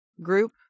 group